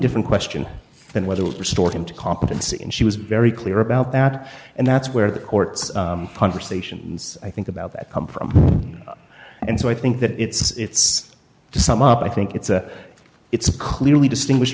different question than whether restore him to competency and she was very clear about that and that's where the court's conversations i think about that come from and so i think that it's to sum up i think it's a it's clearly distinguish